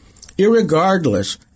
irregardless